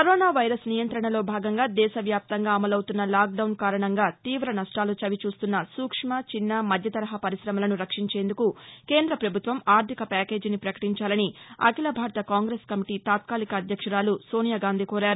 corona virus నియంతణలో భాగంగా దేశ వ్యాప్తంగా అమలవుతున్న లాక్డౌన్ కారణంగా తీవ నష్లాలు చవిచూస్తున్న సూక్ష్మ చిన్న మధ్యతరహా పరిశమలను రక్షించేందుకు కేంద ప్రభుత్వం ఆర్థిక ప్యాకేజీని ప్రకటించాలని అఖిల భారత కాంగ్రెస్ కమిటీ తాత్కాలిక అధ్యక్షురాలు సోనియా గాంధీ కోరారు